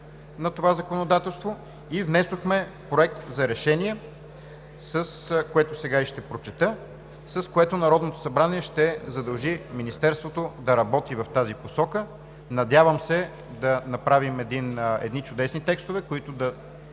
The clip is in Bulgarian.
на това законодателство, и внесохме Проект за решение, който сега ще прочета и с който Народното събрание ще задължи Министерството да работи в тази посока. Надявам се да направим едни чудесни текстове, които да